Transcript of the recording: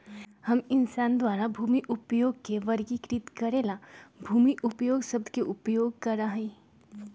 हम इंसान द्वारा भूमि उपयोग के वर्गीकृत करे ला भूमि उपयोग शब्द के उपयोग करा हई